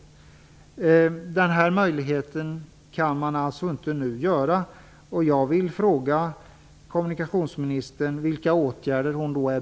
Den möjligheten har man alltså inte nu.